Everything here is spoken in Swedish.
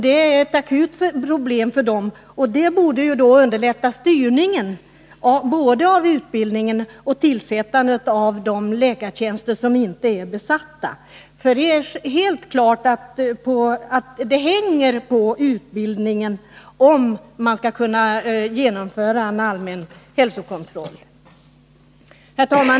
Det är ett akut problem för dem, som borde underlätta både styrningen av utbildningen och tillsättandet av de läkartjänster som inte är besatta. Det är nämligen helt klart att det hänger på utbildningen, om man skall kunna genomföra en allmän hälsokontroll. Herr talman!